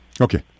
Okay